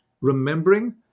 remembering